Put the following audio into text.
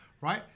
right